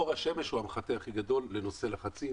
אור השמש הוא המחטא הכי גדול בנושא הלחצים.